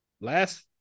last